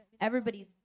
Everybody's